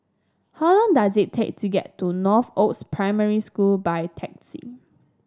how long does it take to get to Northoaks Primary School by taxi